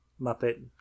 Muppet